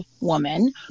woman